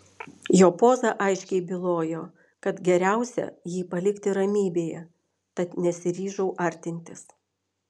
jo poza aiškiai bylojo kad geriausia jį palikti ramybėje tad nesiryžau artintis